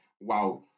wow